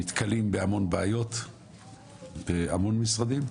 נתקלים בהמון בעיות בהמון משרדים.